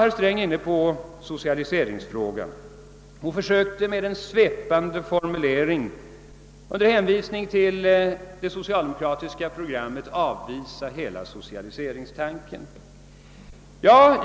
Herr Sträng gick också in på socialiseringsfrågan och försökte med en svepande formulering, under hänvisning till det socialdemokratiska partiprogrammet, avvisa hela socialiseringstanken.